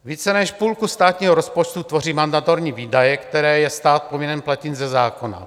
Více než půlku státního rozpočtu tvoří mandatorní výdaje, které je stát povinen platit ze zákona.